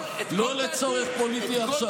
לא לצורך פוליטי עכשיו.